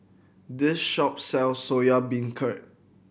this shop sells Soya Beancurd